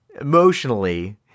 emotionally